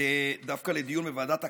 דווקא לדיון בוועדת הכספים,